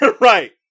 Right